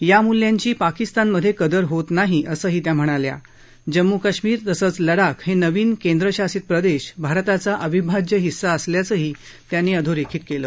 या मूल्यांची पाकिस्तानमधे कदर होत नाही असंही त्या म्हणाल्या जम्म् कश्मीर तसंच लडाख हे नवीन केंद्रशासित प्रदेश भारताचा अविभाज्य हिस्सा असल्याचंही त्यांनी अधोरेखित केलं